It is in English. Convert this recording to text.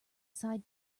side